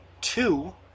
Two